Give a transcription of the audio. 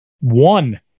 one